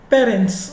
Parents